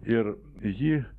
ir ji